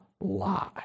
lie